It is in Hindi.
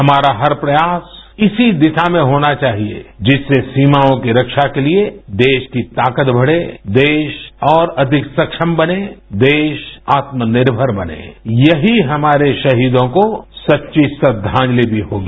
हमारा हर प्रयास इसी दिशा में होना चाहिए जिससे सीमायों की रक्षा के लिए देश की ताकत बढ़े देश और अधिक सक्षम बने देश आत्मनिर्मर बने यही हमारे शहीदों को सच्ची श्रद्वांजलि भी होगी